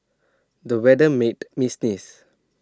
the weather made me sneeze